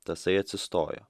tasai atsistojo